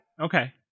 okay